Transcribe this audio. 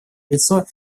лицо